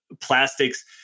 Plastics